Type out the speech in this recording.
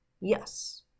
Yes